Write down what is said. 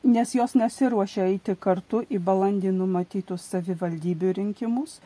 nes jos nesiruošė eiti kartu į balandį numatytus savivaldybių rinkimus